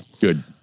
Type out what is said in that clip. Good